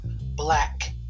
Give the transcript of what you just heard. black